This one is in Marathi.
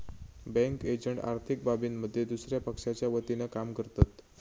बँक एजंट आर्थिक बाबींमध्ये दुसया पक्षाच्या वतीनं काम करतत